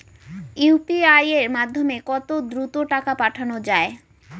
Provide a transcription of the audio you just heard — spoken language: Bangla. ইউ.পি.আই এর মাধ্যমে কত দ্রুত টাকা পাঠানো যায়?